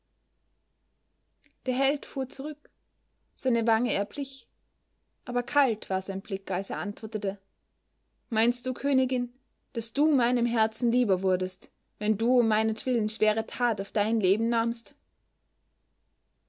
der held fuhr zurück seine wange erblich aber kalt war sein blick als er antwortete meinst du königin daß du meinem herzen lieber wurdest wenn du um meinetwillen schwere tat auf dein leben nahmst